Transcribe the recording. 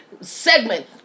segment